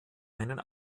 einen